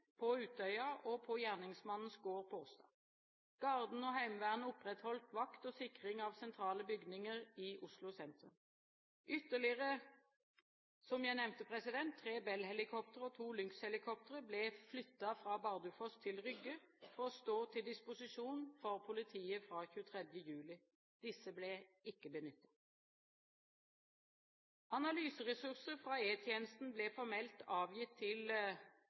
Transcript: på Utøya og på gjerningsmannens gård på Åsta. Garden og Heimevernet opprettholdt vakt og sikring av sentrale bygninger i Oslo sentrum. Ytterligere tre Bell-helikoptre og to Lynx-helikoptre ble – som jeg nevnte – flyttet fra Bardufoss til Rygge for å stå til disposisjon for politiet fra 23. juli. Disse ble ikke benyttet. Analyseressurser fra E-tjenesten ble formelt avgitt til